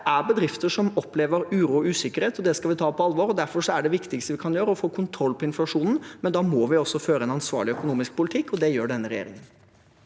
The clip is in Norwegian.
Det er bedrifter som opplever uro og usikkerhet, og det skal vi ta på alvor. Derfor er det viktigste vi kan gjøre, å få kontroll på inflasjonen, men da må vi også føre en ansvarlig økonomisk politikk, og det gjør denne regjeringen.